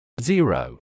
Zero